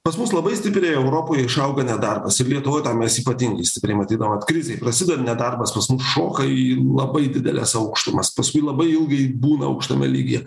pas mus labai stipriai europoje išauga nedarbas ir lietuvoj tą mes ypatingai stipriai matydavom vat krizė prasideda nedarbas pas mus šoka į labai dideles aukštumas paskui labai ilgai būna aukštame lygyje